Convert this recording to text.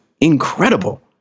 incredible